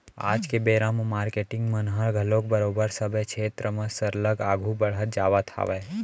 आज के बेरा म मारकेटिंग मन ह घलोक बरोबर सबे छेत्र म सरलग आघू बड़हत जावत हावय